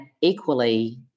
equally